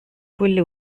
quelle